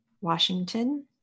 Washington